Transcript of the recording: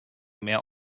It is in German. mehr